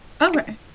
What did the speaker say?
Okay